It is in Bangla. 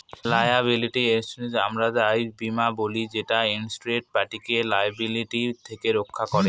লায়াবিলিটি ইন্সুরেন্সকে আমরা দায় বীমা বলি যেটা ইন্সুরেড পার্টিকে লায়াবিলিটি থেকে রক্ষা করে